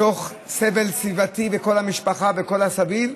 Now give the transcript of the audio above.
מתוך סבל סביבתי של כל המשפחה וכל הסביבה.